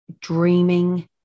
dreaming